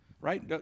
right